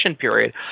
period